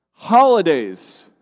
Holidays